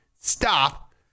stop